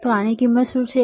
તો આની કિંમત શું છે